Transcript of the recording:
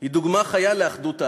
היא דוגמה חיה לאחדות העם,